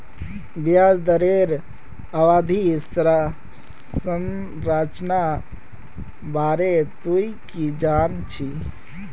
ब्याज दरेर अवधि संरचनार बारे तुइ की जान छि